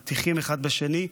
מטיחים אחד בשני,